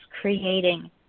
creating